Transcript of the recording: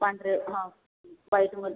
पांढरे हं व्हाईटमध्ये